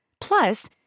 Plus